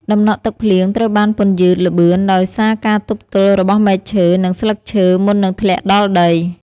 ដំណក់ទឹកភ្លៀងត្រូវបានពន្យឺតល្បឿនដោយសារការទប់ទល់របស់មែកឈើ និងស្លឹកឈើមុននឹងធ្លាក់ដល់ដី។